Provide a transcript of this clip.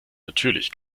natürlich